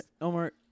Omar